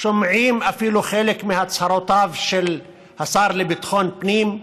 שומעים אפילו חלק מהצהרותיו של השר לביטחון פנים,